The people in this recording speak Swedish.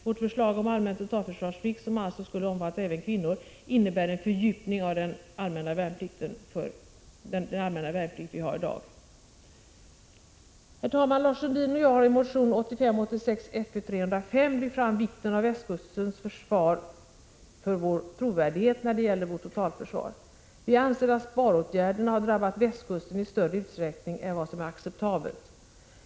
Vårt förslag om allmän totalförsvarsplikt, som alltså skulle omfatta även kvinnorna, innebär en fördjupning av den allmänna värnplikten. Lars Sundin och jag har i motion 1985 86:126 västkustens försvar för vår trovärdighet när det gäller vårt totalförsvar. Vi 24 april 1986 anser att sparåtgärderna har drabbat västkusten i större utsträckning än vad som är acceptabelt.